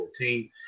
2014